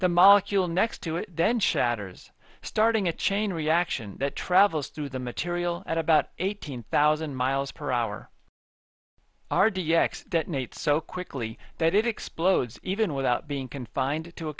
the molecule next to it then shatters starting a chain reaction that travels through the material at about eighteen thousand miles per hour r d x that innate so quickly that it explodes even without being confined to a